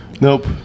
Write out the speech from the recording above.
Nope